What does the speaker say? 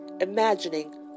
imagining—